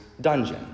dungeon